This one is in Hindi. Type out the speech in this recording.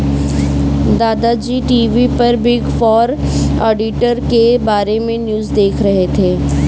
दादा जी टी.वी पर बिग फोर ऑडिटर के बारे में न्यूज़ देख रहे थे